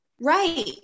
Right